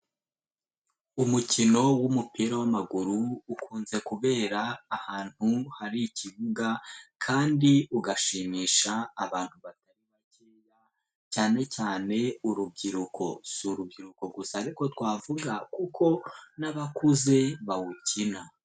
Umukino w'umupira w'amaguru ukunze kubera ahantu hari ikibuga kandi ugashimisha abantu batari bakeya cyane cyane urubyiruko, si urubyiruko gusa ariko twavuga kuko n'abakuze bawukina.